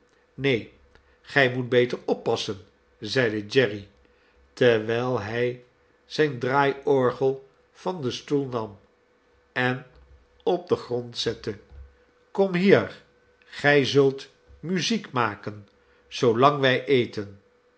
neen gij moet beter oppassen zeide jerry terwijl hij zijn draaiorgel van den stoel nam en op den grand zette kom hier gij zult muziek maken zoolang wij eten